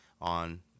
on